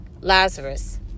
Lazarus